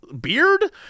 Beard